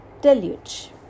deluge